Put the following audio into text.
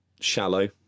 Shallow